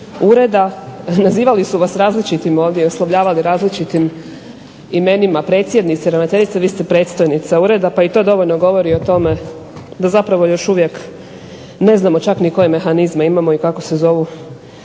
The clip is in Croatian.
ureda. Nazivali su vas različitim ovdje i oslovljavali različitim imenima, predsjednice, ravnateljice. Vi ste predstojnica ureda pa i to dovoljno govori o tome, da zapravo još uvijek ne znamo čak ni koje mehanizme imamo i kako se zovu,